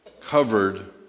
covered